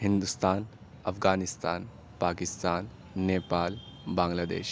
ہندوستان افغانستان پاکستان نیپال بانگلہ دیش